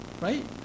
right